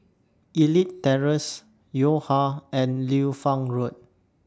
Elite Terrace Yo Ha and Liu Fang Road